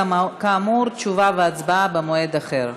כאמור, תשובה והצבעה במועד אחר.